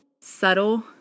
subtle